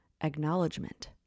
acknowledgement